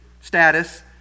status